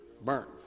Burn